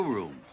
Room